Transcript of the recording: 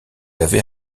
avez